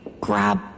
grab